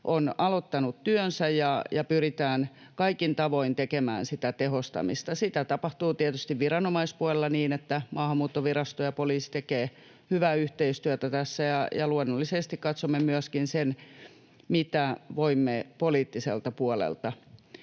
on aloittanut työnsä, ja pyritään kaikin tavoin tekemään sitä tehostamista. Sitä tapahtuu tietysti viranomaispuolella niin, että Maahanmuuttovirasto ja poliisi tekevät hyvää yhteistyötä tässä, ja luonnollisesti katsomme myöskin, mitä voimme poliittiselta puolelta